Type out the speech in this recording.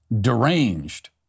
deranged